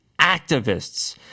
activists